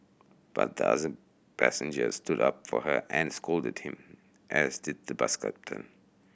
but the other passengers stood up for her and scolded him as did the bus captain